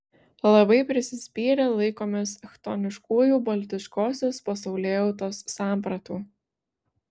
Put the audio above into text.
labai prisispyrę laikomės chtoniškųjų baltiškosios pasaulėjautos sampratų